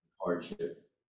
hardship